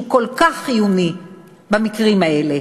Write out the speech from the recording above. שהוא כל כך חיוני במקרים האלה.